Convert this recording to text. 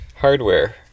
hardware